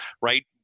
right